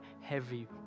heavy